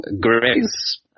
Grace